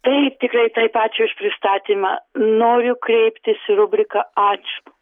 taip tikrai taip ačiū už pristatymą noriu kreiptis į rubriką ačiū